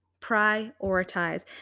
Prioritize